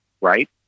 Right